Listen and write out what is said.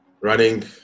running